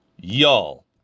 Y'all